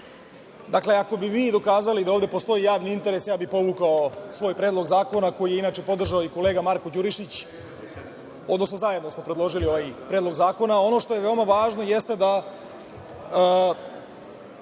Dakle, ako bi vi dokazali da ovde postoji javni interes ja bih povukao svoj Predlog zakona, koji je inače podržao i kolega Marko Đurišić, odnosno zajedno smo predložili ovaj predlog zakona. Ono što je veoma važno jeste da